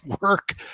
work